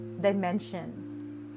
dimension